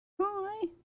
Hi